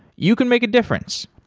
you can make a difference.